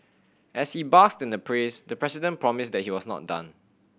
as he basked in the praise the president promised that he was not done